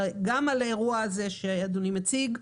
גם על האירוע שאדוני מציג.